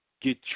get